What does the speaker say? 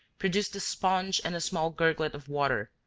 produced a sponge and a small gurglet of water,